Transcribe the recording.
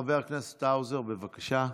חבר הכנסת האוזר, בבקשה,